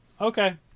okay